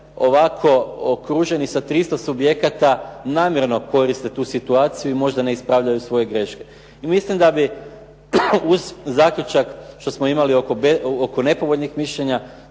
ovako okruženi sa 300 subjekata namjerno koriste tu situaciju i možda ne ispravljaju svoje greške. I mislim da bi uz zaključak što smo imali oko nepovoljnih mišljenja